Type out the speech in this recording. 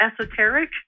esoteric